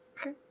Okay